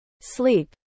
sleep